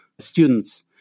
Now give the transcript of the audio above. Students